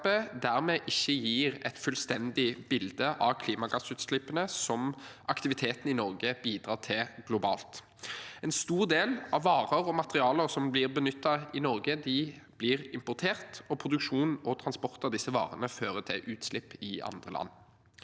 dermed ikke gir et fullstendig bilde av klimagassutslippene som aktiviteten i Norge bidrar til globalt. En stor del av varene og materialene som blir benyttet i Norge, blir importert, og produksjon og transport av disse varene fører til utslipp i andre land.